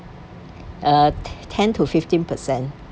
uh ten to fifteen percent